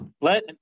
let